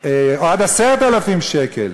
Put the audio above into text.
או עד 10,000 שקל,